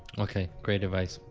okay, great advice.